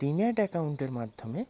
demat অ্যাকাউন্টের মাধ্যমে